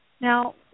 now